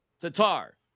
Tatar